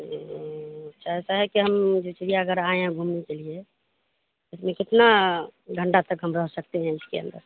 اچھا ایسا ہے کہ ہم جو چڑیا گھر آئے ہیں گھومنے کے لیے اس میں کتنا گھنٹہ تک ہم رہ سکتے ہیں اس کے اندر